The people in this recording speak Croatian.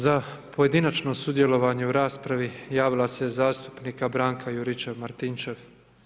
Za pojedinačno sudjelovanje u raspravi javila se zastupnica Branka Juričev-Martinčev.